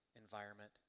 environment